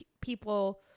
people